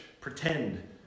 pretend